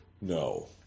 No